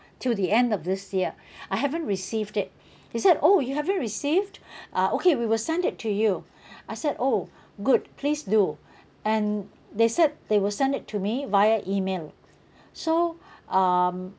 till the end of this year I haven't received it he said oh you haven't received ah okay we will send it to you I said oh good please do and they said they will send it to me via email so um